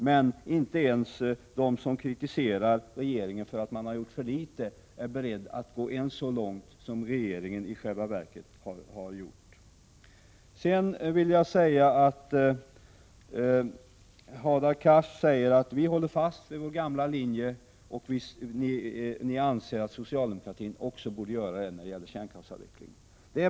Men inte ens de som kritiserar regeringen för att man har gjort för litet är beredda att gå ens så långt som regeringen i själva verket har gjort. Hadar Cars säger att de håller fast vid den gamla linjen och anser att socialdemokratin också borde göra det när det gäller kärnkraftsavvecklingen.